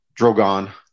Drogon